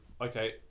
okay